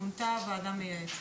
מונתה ועדה מייעצת,